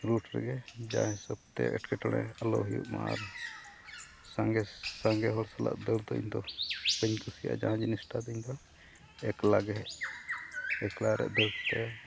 route ᱨᱮᱜᱮ ᱡᱟ ᱦᱤᱥᱟᱹᱵ ᱛᱮ ᱮᱸᱴᱠᱮᱴᱚᱬᱮ ᱟᱞᱚ ᱦᱩᱭᱩᱜ ᱢᱟ ᱟᱨ ᱥᱟᱸᱜᱮ ᱥᱟᱸᱜᱮ ᱦᱚᱲ ᱥᱟᱞᱟᱜ ᱫᱟᱹᱲ ᱫᱚ ᱤᱧ ᱫᱚ ᱵᱟᱹᱧ ᱠᱩᱥᱤᱭᱟᱜᱼᱟ ᱡᱟᱦᱟᱸ ᱡᱤᱱᱤᱥᱴᱟ ᱫᱚ ᱤᱧ ᱫᱚ ᱮᱠᱞᱟ ᱜᱮ ᱮᱠᱞᱟ ᱨᱮ ᱫᱟᱹᱲ ᱠᱟᱛᱮ